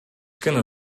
gonna